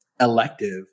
elective